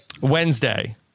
Wednesday